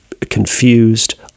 confused